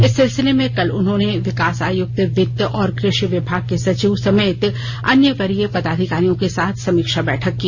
इस सिलसिले में कल उन्होंने विकास आयुक्त वित्त और कृषि विभाग के सचिव समेत अन्य वरीय पदाधिकारियों के साथ समीक्षा बैठक की